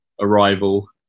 arrival